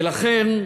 ולכן,